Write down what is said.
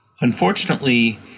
unfortunately